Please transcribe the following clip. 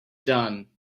done